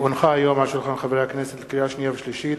על שולחן הכנסת, לקריאה שנייה ולקריאה שלישית,